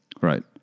Right